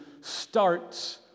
starts